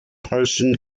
person